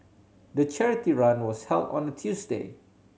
the charity run was held on the Tuesday